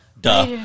Duh